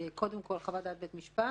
קודם כל חוות דעת בית משפט,